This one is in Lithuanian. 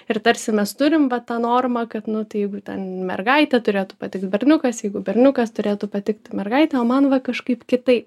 ir tarsi mes turim va tą normą kad nu tai jeigu ten mergaitė turėtų patikt berniukas jeigu berniukas turėtų patikt mergaitė o man va kažkaip kitaip